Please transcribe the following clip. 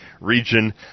region